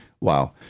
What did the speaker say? Wow